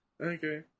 Okay